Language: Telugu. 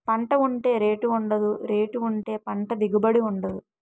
పంట ఉంటే రేటు ఉండదు, రేటు ఉంటే పంట దిగుబడి ఉండదు